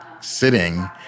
sitting